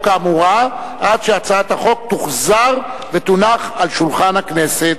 האמורה עד שהצעת החוק תוחזר ותונח על שולחן הכנסת.